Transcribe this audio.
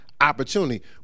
opportunity